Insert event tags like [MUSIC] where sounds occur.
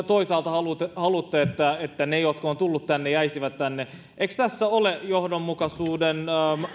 [UNINTELLIGIBLE] toisaalta haluatte että ne jotka ovat tulleet tänne jäisivät tänne eikö tässä ole johdonmukaisuuden